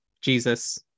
Jesus